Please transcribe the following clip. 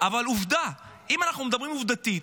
אבל עובדה, אם אנחנו מדברים עובדתית,